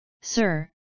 sir